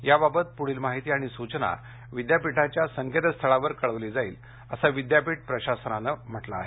याबाबत पुढील माहिती आणि सूचना विद्यापीठाच्या संकेतस्थळावर कळवली जाईल अस विद्यापीठ प्रशासनानं कळवलं आहे